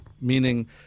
meaning